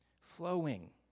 flowing